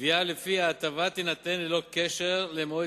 קביעה כי ההטבה תינתן בלא קשר למועד